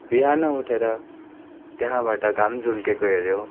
बिहान उठेर त्यहाँबाट घाम झुल्केको हेऱ्यौँ